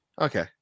Okay